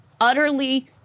utterly